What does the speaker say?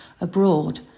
abroad